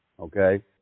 Okay